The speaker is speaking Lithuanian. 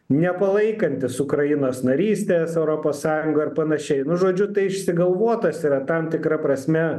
nepalaikantis ukrainos narystės europos sąjungoj ir panašiai nu žodžiu tai išsigalvotas yra tam tikra prasme